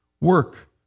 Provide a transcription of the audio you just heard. Work